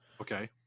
Okay